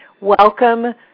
Welcome